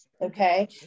Okay